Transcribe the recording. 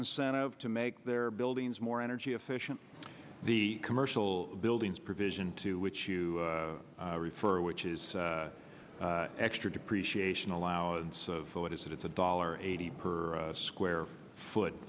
incentive to make their buildings more energy efficient the commercial buildings provision to which you refer which is extra depreciation allowance of what is it it's a dollar eighty per square foot